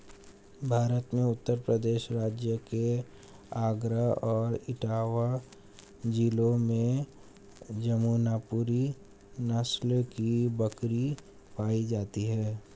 भारत में उत्तर प्रदेश राज्य के आगरा और इटावा जिले में जमुनापुरी नस्ल की बकरी पाई जाती है